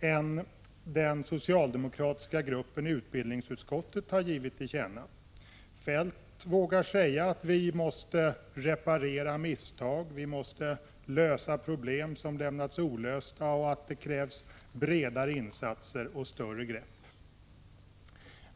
än den socialdemokratiska gruppen i utbildningsutskottet har givit till känna. Feldt vågar säga att vi måste ”reparera misstag”, att vi måste ”lösa problem som lämnats olösta” och att det krävs ”bredare insatser och större grepp”.